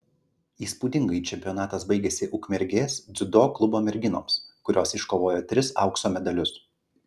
įspūdingai čempionatas baigėsi ukmergės dziudo klubo merginoms kurios iškovojo tris aukso medalius